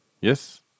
yes